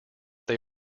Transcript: they